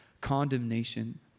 condemnation